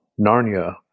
Narnia